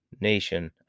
Nation